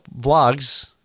vlogs